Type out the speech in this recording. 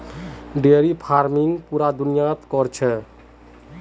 dairy farming पूरा दुनियात क र छेक